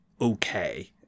okay